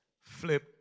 Flip